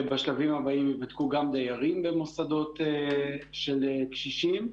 בשלבים הבאים ייבדקו גם דיירים במוסדות של קשישים.